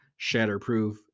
shatterproof